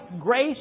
grace